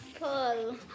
Pull